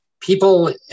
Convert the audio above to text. people